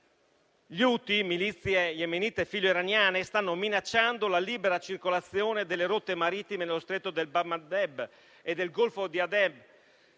Gli Huthi, milizie yemenite filo-iraniane, stanno minacciando la libera circolazione nelle rotte marittime dello stretto di Bab el-Mandeb e del golfo di Aden,